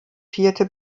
vierte